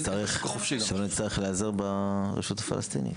שלא נצטרך להיעזר ברשות הפלסטינית.